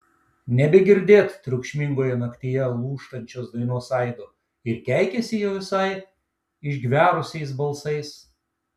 nebegirdėt triukšmingoje naktyje lūžtančios dainos aido ir keikiasi jau visai išgverusiais balsais